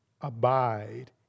abide